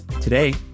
today